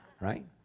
right